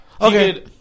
Okay